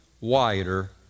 wider